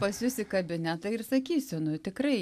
pas jus į kabinetą ir sakysiu nu tikrai